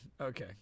okay